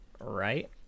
Right